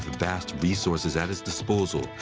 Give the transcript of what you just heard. vast resources at his disposal,